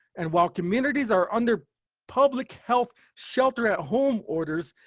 and while communities are under public health shelter-at-home orders,